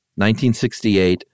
1968